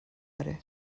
آره